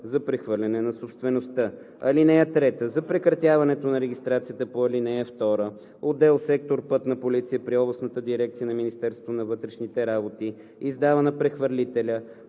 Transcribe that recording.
за прехвърляне на собствеността. (3) За прекратяването на регистрацията по ал. 2, отдел/сектор „Пътна полиция“ при Областната дирекция на Министерството на вътрешните работи издава на прехвърлителя